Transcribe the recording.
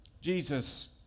Jesus